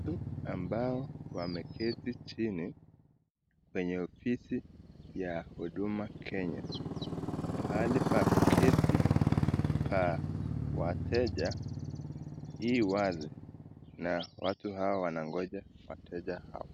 Watu ambao wameketi chini kwenye ofisi ya Huduma Kenya, pahali pa kuketi pa wateja hii wazi na watu hao wanagonja wateja hao.